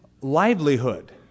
livelihood